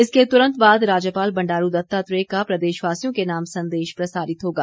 इसके तुरंत बाद राज्यपाल बंडारू दत्तात्रेय का प्रदेशवासियों के नाम संदेश प्रसारित होगा